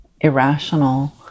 irrational